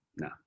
no